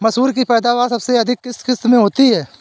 मसूर की पैदावार सबसे अधिक किस किश्त में होती है?